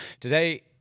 Today